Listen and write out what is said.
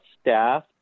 staff